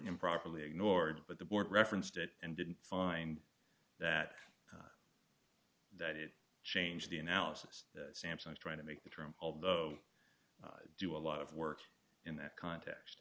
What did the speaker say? improperly ignored but the board referenced it and didn't find that that it changed the analysis sampson's trying to make the term although do a lot of work in that context